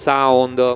Sound